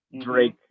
drake